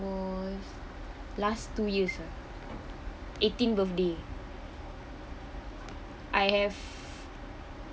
was last two years uh eighteen birthday I have